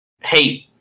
hate